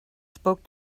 spoke